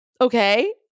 okay